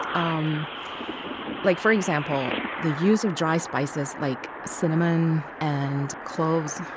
um like for example, the use of dry spices like cinnamon, and cloves,